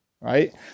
right